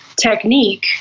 technique